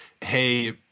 Hey